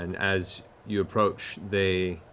and as you approach, they